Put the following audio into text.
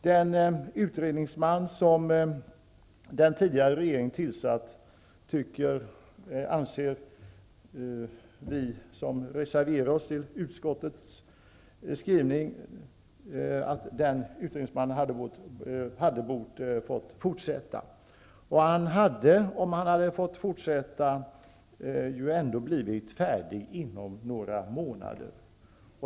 Den utredningsman som den tidigare regeringen tillsatt borde ha fått fortsätta, anser vi som reserverat oss mot utskottets skrivning. Han hade, om han fått fortsätta, ju ändå blivit färdig inom några månader.